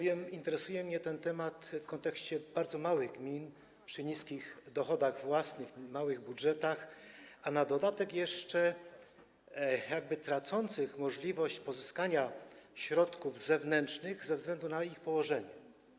Interesuje mnie ten temat w kontekście bardzo małych gmin, o niskich dochodach własnych, o małych budżetach, a na dodatek jeszcze tracących możliwość pozyskania środków zewnętrznych ze względu na ich położenie.